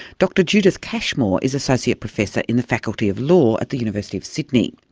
dr judith cashmore is associate professor in the faculty of law at the university of sydney.